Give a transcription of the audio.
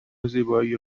زیبایی